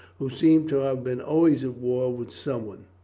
who seem to have been always at war with someone.